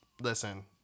listen